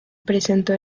presentó